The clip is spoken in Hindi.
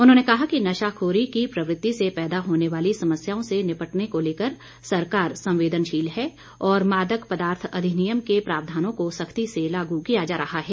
उन्होंने कहा कि नशेखोरी की प्रवृति से पैदा होने वाली समस्याओं से निपटने को लेकर सरकार संवेदनशील है और मादक पदार्थ अधिनियम के प्रावधानों को सख्ती से लागू किया जा रहा है